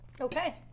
Okay